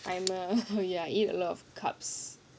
I am err ya I eat a lot of carbohydrates